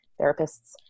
therapists